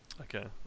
Okay